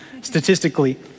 statistically